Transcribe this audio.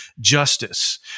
justice